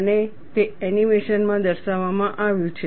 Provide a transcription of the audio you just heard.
અને તે એનિમેશન માં દર્શાવવામાં આવ્યું છે